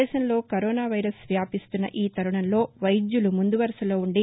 దేశంలో corona virus వ్యాపిస్తున్న ఈ తరుణంలో వైద్యులు ముందు వరుసలో ఉండి